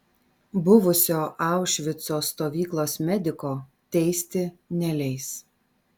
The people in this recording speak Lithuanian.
buvusio aušvico stovyklos mediko teisti neleis